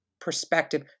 perspective